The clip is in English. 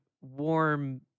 warm